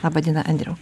laba diena andriau